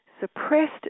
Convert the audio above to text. Suppressed